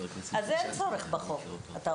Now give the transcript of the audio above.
אז אתה אומר שאין צורך בחוק.